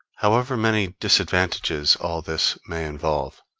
however many disadvantages all this may involve,